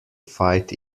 fight